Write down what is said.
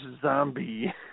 zombie